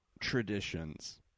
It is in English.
traditions